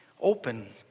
Open